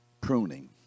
pruning